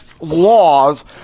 laws